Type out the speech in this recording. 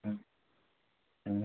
হুম হুম